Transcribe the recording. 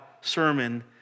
sermon